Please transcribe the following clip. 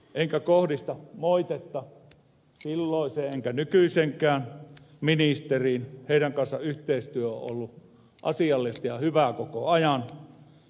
en kohdista moitetta silloiseen enkä nykyiseenkään ministeriin heidän kanssaan yhteistyö on ollut asiallista ja hyvää koko ajan